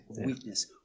weakness